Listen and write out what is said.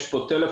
יש פה טלפון,